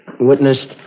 witnessed